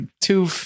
two